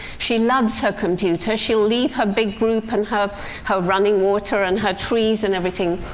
she loves her computer she'll leave her big group, and her her running water, and her trees and everything.